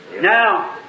Now